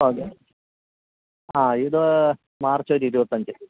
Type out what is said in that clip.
അതെ ആ ഇത് മാർച്ച് ഒരു ഇരുപത്തിയഞ്ച്